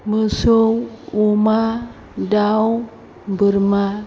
मोसौ अमा दाउ बोरमा